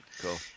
Cool